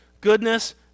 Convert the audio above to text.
goodness